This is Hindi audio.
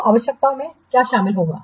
तो आवश्यकताओं में क्या शामिल होगा